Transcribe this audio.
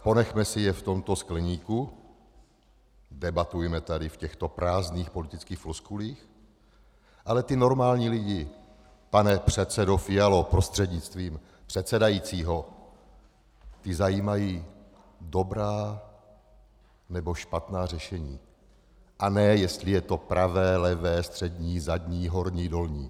Ponechme si je v tomto skleníku, debatujme tady v těchto prázdných politických floskulích, ale ty normální lidi, pane předsedo Fialo prostřednictvím předsedajícího, ty zajímají dobrá nebo špatná řešení, a ne jestli je to pravé, levé, střední, zadní, horní, dolní.